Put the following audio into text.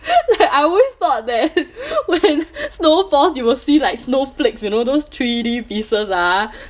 I always thought that when snow falls you will see like snowflakes you know those three d pieces ah